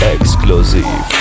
Exclusive